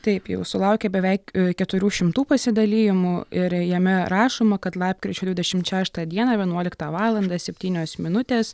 taip jau sulaukė beveik keturių šimtų pasidalijimų ir jame rašoma kad lapkričio dvidešimt šeštą dieną vienuoliktą valandą septynios minutės